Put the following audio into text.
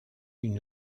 une